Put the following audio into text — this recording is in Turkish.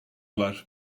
var